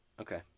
Okay